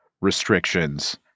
restrictions